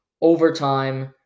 overtime